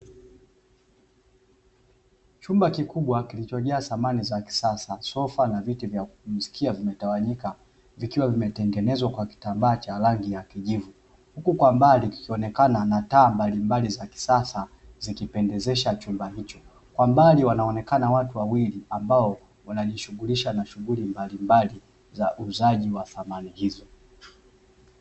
Chumba kikubwa kilichojaa samani za kisasa sofa na viti vya kupumzikia, vimetawanyika vikiwa vimetengenezwa kwa kitambaa cha rangi ya kijivu huku kwa mbali wakionekana na taa za rangi mbalimbali za kisasa, zikipendezesha chumba hicho kwa mbali wanaonekana watu wawili ambao wanajishushulisha na shuguli mbalimbali za uuzaji wa samani hizo.